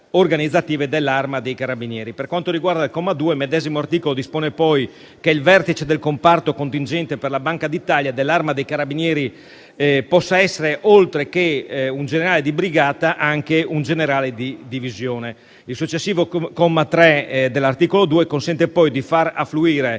organizzative dell'Arma dei carabinieri. Per quanto riguarda il comma 2, il medesimo articolo dispone poi che il vertice del comparto contingente per la Banca d'Italia dell'Arma dei carabinieri possa essere, oltre che un generale di brigata, anche un generale di divisione. Il successivo comma 3 dell'articolo 5 consente di far affluire,